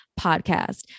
podcast